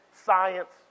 science